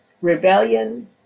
rebellion